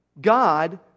God